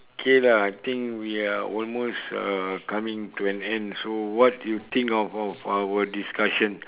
okay lah I think we are almost uh coming to an end so what you think of of our discussion